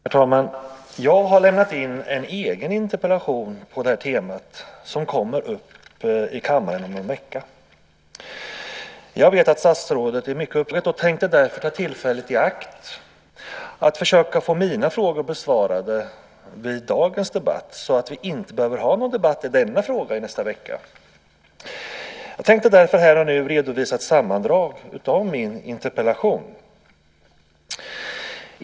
Herr talman! Jag har lämnat in en egen interpellation på temat som kommer upp i kammaren om en vecka. Jag vet att statsrådet är mycket upptagen, och jag tänkte därför ta tillfället i akt att försöka få mina frågor besvarade vid dagens debatt så att vi inte behöver ha en debatt i denna fråga i nästa vecka. Jag tänkte därför här och nu redovisa ett sammandrag av min interpellation.